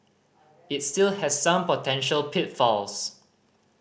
it still has some potential pitfalls